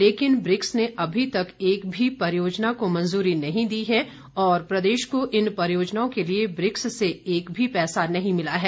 लेकिन ब्रिक्स ने अभी तक एक भी परियोजना को मंजूरी नहीं दी है और प्रदेश को इन परियोजनाओं के लिए ब्रिक्स से एक भी पैसा नहीं मिला है